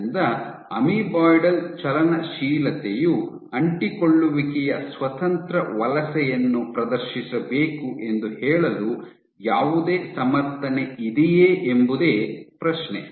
ಆದ್ದರಿಂದ ಅಮೀಬಾಯ್ಡಲ್ ಚಲನಶೀಲತೆಯು ಅಂಟಿಕೊಳ್ಳುವಿಕೆಯ ಸ್ವತಂತ್ರ ವಲಸೆಯನ್ನು ಪ್ರದರ್ಶಿಸಬೇಕು ಎಂದು ಹೇಳಲು ಯಾವುದೇ ಸಮರ್ಥನೆ ಇದೆಯೇ ಎಂಬುದೇ ಪ್ರಶ್ನೆ